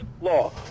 law